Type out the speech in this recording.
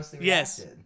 yes